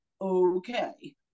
okay